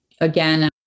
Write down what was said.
Again